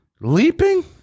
Leaping